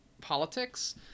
politics